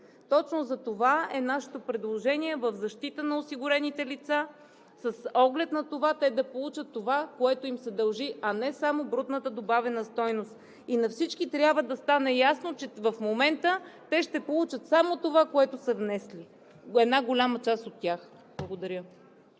Точно затова е нашето предложение в защита на осигурените лица, с оглед на това те да получат това, което им се дължи, а не само брутната добавена стойност. И на всички трябва да стане ясно, че в момента те ще получат само това, което са внесли, една голяма част от тях. Благодаря.